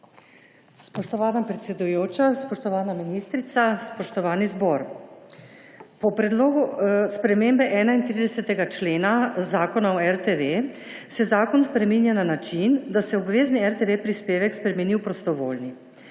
Spoštovana predsedujoča, spoštovana ministrica, spoštovani zbor! Po predlogu spremembe 31. člena Zakona o RTV se zakon spreminja na način, da se obvezni RTV prispevek spremeni v prostovoljni.